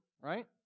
right